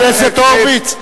חבר הכנסת הורוביץ,